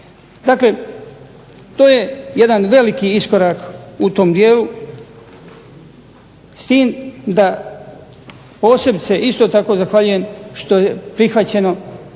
Dakle, to je jedan veliki iskorak u tom dijelu s tim da posebice isto tako zahvaljujem što je prihvaćeno